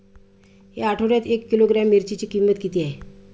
या आठवड्यात एक किलोग्रॅम मिरचीची किंमत किती आहे?